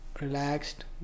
relaxed